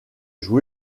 joué